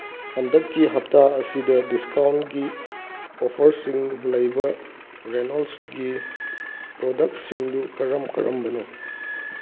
ꯍꯟꯗꯛꯀꯤ ꯍꯞꯇꯥ ꯑꯁꯤꯗ ꯗꯤꯁꯀꯥꯎꯟꯒꯤ ꯑꯣꯐꯔꯁꯤꯡ ꯂꯩꯕ ꯔꯦꯅꯣꯜꯁꯀꯤ ꯄ꯭ꯔꯣꯗꯛꯁꯤꯡꯗꯨ ꯀꯔꯝ ꯀꯔꯝꯕꯅꯣ